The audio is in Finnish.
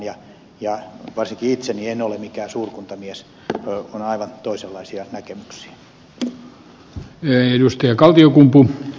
ja varsinkaan itse en ole mikään suurkuntamies on aivan toisenlaisia näkemyksiä